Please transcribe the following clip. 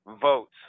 votes